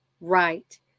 right